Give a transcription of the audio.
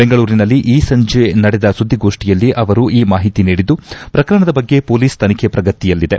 ಬೆಂಗಳೂರಿನಲ್ಲಿ ಈ ಸಂಜೆ ನಡೆದ ಸುದ್ವಿಗೋಷ್ಠಿಯಲ್ಲಿ ಅವರು ಈ ಮಾಹಿತಿ ನೀಡಿದ್ದು ಪ್ರಕರಣದ ಬಗ್ಗೆ ಪೊಲೀಸ್ ತನಿಖೆ ಪ್ರಗತಿಯಲ್ಲಿದೆ